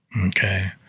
okay